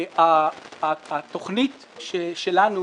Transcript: התכנית שלנו,